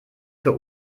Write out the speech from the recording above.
für